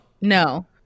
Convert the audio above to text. No